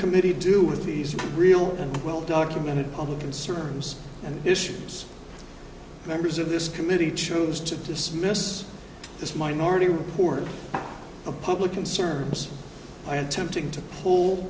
committee do with these real and well documented public concerns and issues members of this committee chose to dismiss this minority report of the public concerns i had tempting to p